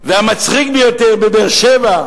והמצחיק ביותר, בבאר-שבע,